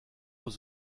aux